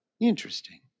Interesting